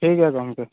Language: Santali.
ᱴᱷᱤᱠ ᱜᱮᱭᱟ ᱜᱚᱢᱠᱮ